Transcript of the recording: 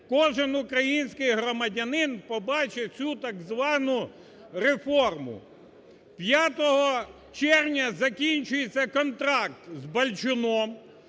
кожен український громадянин побачить цю так звану реформу. П'ятого червня закінчується контракт з Балчуном,